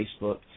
Facebook